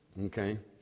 okay